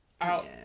out